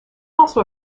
also